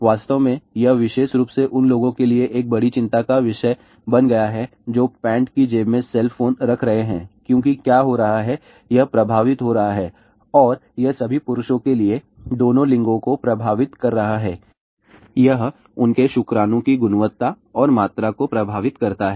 वास्तव में यह विशेष रूप से उन लोगों के लिए एक बड़ी चिंता का विषय बन गया है जो पैंट की जेब में सेल फोन रख रहे हैं क्योंकि क्या हो रहा है वह प्रभावित हो रहा है और यह सभी पुरुषों के लिए दोनों लिंगों को प्रभावित कर रहा है यह उनके शुक्राणु की गुणवत्ता और मात्रा को प्रभावित करता है